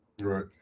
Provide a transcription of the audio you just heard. right